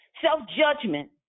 self-judgment